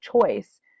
choice